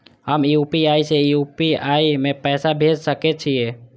हम यू.पी.आई से यू.पी.आई में पैसा भेज सके छिये?